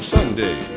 Sunday